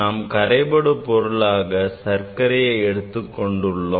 நாம் கரைபடு பொருளாக சர்க்கரையை எடுத்துக் கொண்டுள்ளோம்